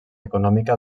econòmica